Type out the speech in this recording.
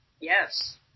Yes